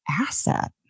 asset